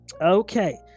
okay